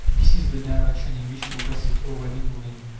this is the direction in which progress is already moving.